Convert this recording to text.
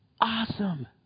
awesome